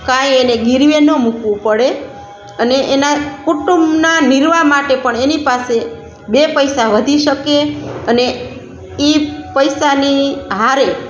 કંઇ એને ગીરવે ન મૂકવું પડે અને એનાં કુટુંબનાં નિર્વાહ માટે પણ એની પાસે બે પૈસા વધી શકે અને એ પૈસાની હારે